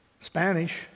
Spanish